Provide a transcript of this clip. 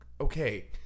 Okay